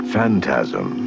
Phantasm